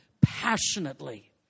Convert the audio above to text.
passionately